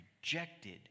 rejected